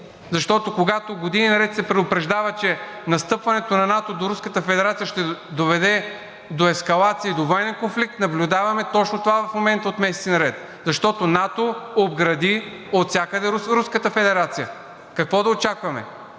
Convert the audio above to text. Защото, когато години наред се предупреждава, че настъпването на НАТО до Руската федерация ще доведе до ескалация и до военен конфликт, наблюдаваме точно това в момента от месеци наред, защото НАТО обгради отвсякъде Руската федерация. Какво да очакваме?